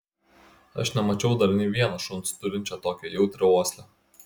aš nemačiau dar nė vieno šuns turinčio tokią jautrią uoslę